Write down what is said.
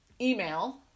email